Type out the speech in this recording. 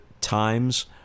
times